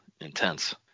intense